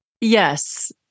Yes